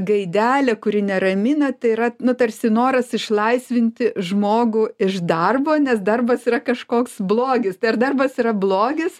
gaidelė kuri neramina tai yra nu tarsi noras išlaisvinti žmogų iš darbo nes darbas yra kažkoks blogis tai ar darbas yra blogis